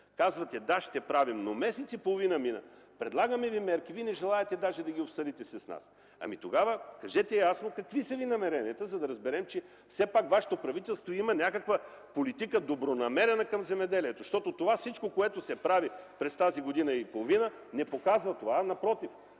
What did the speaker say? Казвате: да, ще правим! Мина месец и половина, предлагаме ви мерки, но вие не желаете даже да ги обсъдите с нас. Тогава, кажете ясно какви са ви намеренията, за да разберем, че все пак вашето правителство има някаква добронамерена политика към земеделието. Защото всичко това, което се прави през тази година и половина, не показва това, а напротив